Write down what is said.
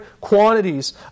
quantities